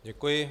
Děkuji.